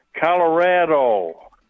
Colorado